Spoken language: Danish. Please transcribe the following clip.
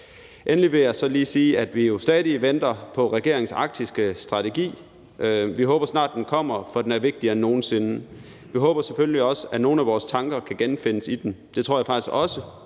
Endelig vil jeg så lige sige, at vi stadig venter på regeringens arktiske strategi. Vi håber, at den snart kommer, for den er vigtigere end nogen sinde. Vi håber selvfølgelig også, at nogle af vores tanker kan genfindes i den, og det tror jeg faktisk også